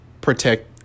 protect